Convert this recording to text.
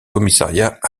commissariat